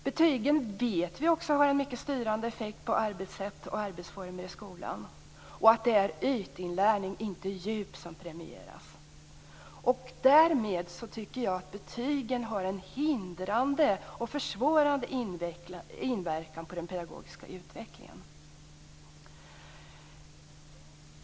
Vi vet också att betygen har en mycket styrande effekt på arbetssätt och arbetsformer i skolan. Det är ytinlärning och inte djup som premieras. Därmed har betygen en hindrande och försvårande inverkan på den pedagogiska utvecklingen.